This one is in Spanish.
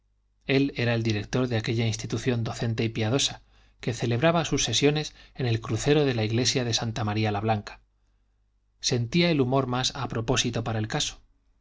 él era el director de aquella institución docente y piadosa que celebraba sus sesiones en el crucero de la iglesia de santa maría la blanca sentía el humor más apropósito para el caso